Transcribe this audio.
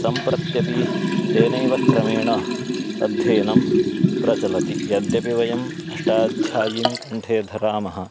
सम्प्रत्यपि तेनैव क्रमेण अध्ययनं प्रचलति यद्यपि वयम् अष्टाध्यायीं कण्ठे धरामः